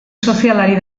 sozialari